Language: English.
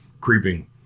creeping